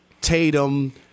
Tatum